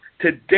today